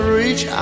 reach